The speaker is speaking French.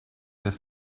deux